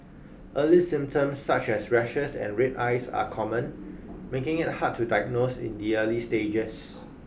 early symptoms such as rashes and red eyes are common making it hard to diagnose in the early stages